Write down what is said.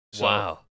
Wow